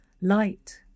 light